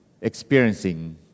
experiencing